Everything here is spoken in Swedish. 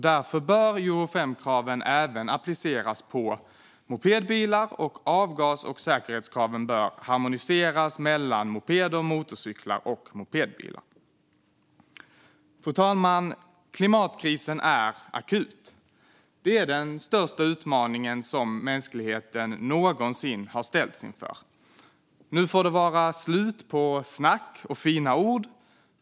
Därför bör Euro 5-kraven även appliceras på mopedbilar, och avgas och säkerhetskraven bör harmoniseras mellan mopeder, motorcyklar och mopedbilar. Fru talman! Klimatkrisen är akut. Det är den största utmaning mänskligheten någonsin har ställts inför. Nu får det vara slut på snack och fina ord.